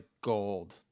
gold